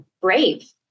brave